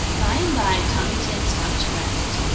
by and by, tommy tit stopped to rest.